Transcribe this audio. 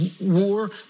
war